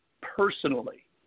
personally